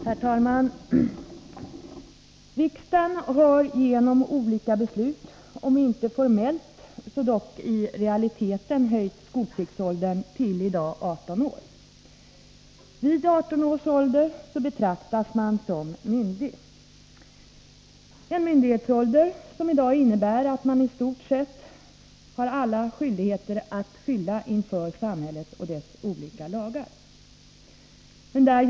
Herr talman! Riksdagen har genom olika beslut — om inte formellt, så dock i realiteten — höjt skolpliktsåldern, så att den i dag upphör vid 18 års ålder. Vid 18 års ålder betraktas man också som myndig. Det är en myndighetsålder som innebär att man har att fullgöra i stort sett alla skyldigheter som samhället och dess olika lagar kräver.